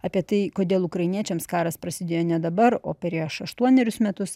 apie tai kodėl ukrainiečiams karas prasidėjo ne dabar o prieš aštuonerius metus